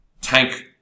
tank